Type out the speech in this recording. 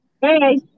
hey